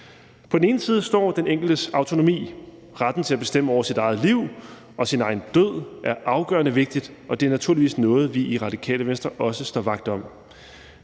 På den ene side står den enkeltes autonomi. Retten til at bestemme over sit eget liv og sin egen død er afgørende vigtigt, og det er naturligvis noget, vi i Radikale Venstre også står vagt om.